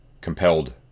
compelled